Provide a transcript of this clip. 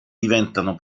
diventano